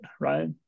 right